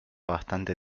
bastante